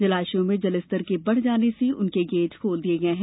जलाशयों में जलस्तर के बढ़ जाने से उनके गेट खोल दिये गये हैं